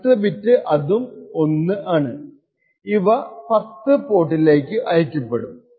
അടുത്ത ബിറ്റ് അതും 1 ആണ് ഈ 10 പോർട്ടിലേക്കു അയക്കപ്പെടും